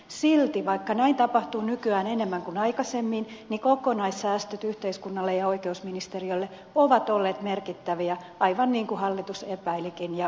silti vaikka näin tapahtuu nykyään enemmän kuin aikaisemmin kokonaissäästöt yhteiskunnalle ja oikeusministeriölle ovat olleet merkittäviä aivan niin kuin hallitus epäilikin ja tarkoitti